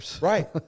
Right